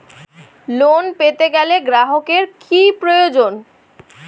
Loan পেতে গেলে গ্রাহকের কি প্রয়োজন?